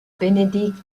benedict